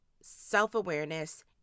self-awareness